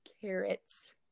carrots